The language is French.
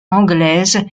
anglaise